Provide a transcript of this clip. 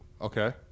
Okay